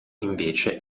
invece